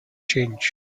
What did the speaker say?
change